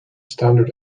standard